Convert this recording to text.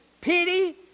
pity